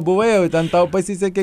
buvai jau ten tau pasisekė